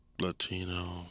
Latino